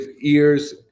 ears